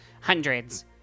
Hundreds